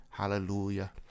Hallelujah